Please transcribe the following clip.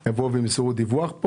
הם יבואו וימסרו דיווח פה?